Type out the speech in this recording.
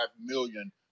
million